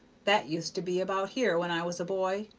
that used to be about here when i was a boy.